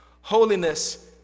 Holiness